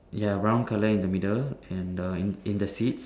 ya brown colour in the middle and err in in the seeds